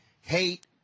hate